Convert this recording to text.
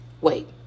wait